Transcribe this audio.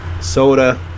soda